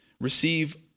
receive